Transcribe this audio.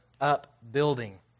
upbuilding